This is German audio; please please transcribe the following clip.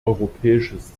europäisches